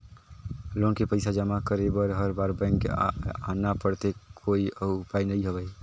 Loan के पईसा जमा करे बर हर बार बैंक आना पड़थे कोई अउ उपाय नइ हवय?